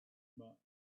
much